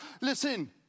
Listen